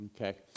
Okay